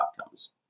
outcomes